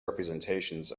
representations